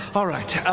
all right,